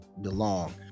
belong